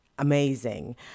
amazing